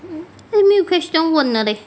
没有 question 问了 leh